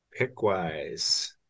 Pickwise